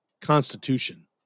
constitution